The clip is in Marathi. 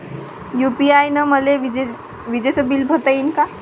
यू.पी.आय न मले विजेचं बिल भरता यीन का?